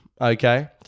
okay